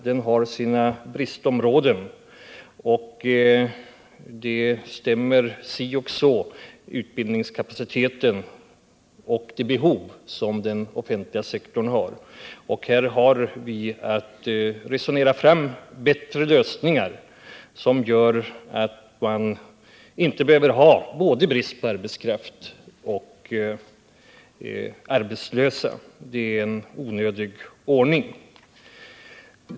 Den har sina bristområden, och utbildningskapaciteten och den offentliga sektorns behov stämmer litet si och så. Här har vi att resonera fram bättre lösningar, så att vi inte behöver ha både brist på arbetskraft och arbetslösa. Det är onödigt.